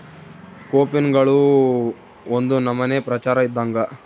ಕೋಪಿನ್ಗಳು ಒಂದು ನಮನೆ ಪ್ರಚಾರ ಇದ್ದಂಗ